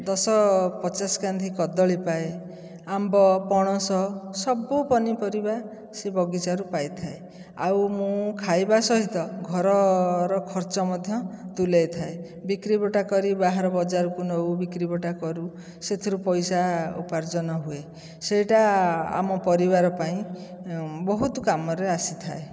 ଦଶ ପଚାଶ କାନ୍ଦି କଦଳୀ ପାଏ ଆମ୍ବ ପଣସ ସବୁ ପନିପରିବା ସେଇ ବଗିଚାରୁ ପାଇଥାଏ ଆଉ ମୁଁ ଖାଇବା ସହିତ ଘରର ଖର୍ଚ୍ଚ ମଧ୍ୟ ତୁଲେଇଥାଏ ବିକ୍ରି ବଟା କରି ବାହାର ବଜାରକୁ ନେଉ ବିକ୍ରି ବଟା କରୁ ସେଥିରୁ ପଇସା ଉପାର୍ଜନ ହୁଏ ସେଇଟା ଆମ ପରିବାର ପାଇଁ ବହୁତ କାମରେ ଆସିଥାଏ